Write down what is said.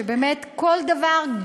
שבאמת כל דבר,